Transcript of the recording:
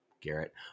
Garrett